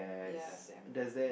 ya same